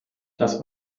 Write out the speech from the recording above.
das